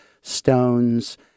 stones